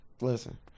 listen